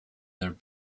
their